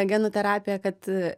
genų terapija kad